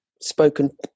spoken